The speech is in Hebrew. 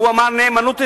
הוא אמר נאמנות אזרחות,